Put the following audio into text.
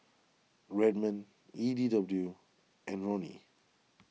Redmond E D W and Roni